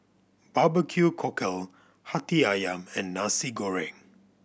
barbecue cockle Hati Ayam and Nasi Goreng